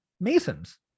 masons